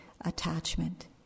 attachment